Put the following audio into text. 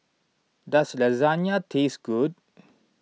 does Lasagna taste good